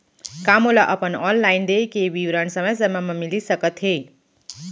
का मोला अपन ऑनलाइन देय के विवरण समय समय म मिलिस सकत हे?